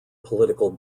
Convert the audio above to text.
political